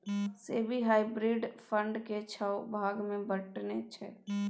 SEBI hybrid fund केँ छओ भाग मे बँटने छै